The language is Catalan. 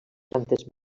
plantes